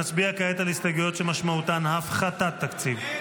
נצביע כעת על ההסתייגויות שמשמעותן הפחתת תקציב.